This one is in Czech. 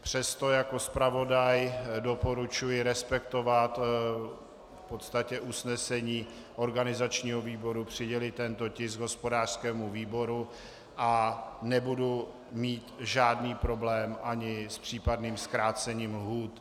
Přesto jako zpravodaj doporučuji respektovat usnesení organizačního výboru přidělit tento tisk hospodářskému výboru a nebudu mít žádný problém ani s případným zkrácením lhůt.